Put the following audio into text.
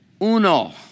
uno